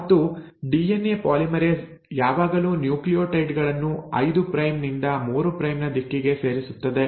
ಮತ್ತು DNA polymerase ಯಾವಾಗಲೂ nucleotide ಗಳನ್ನು 5 ಪ್ರೈಮ್ ನಿಂದ 3 ಪ್ರೈಮ್ ನ ದಿಕ್ಕಿಗೆ ಸೇರಿಸುತ್ತದೆ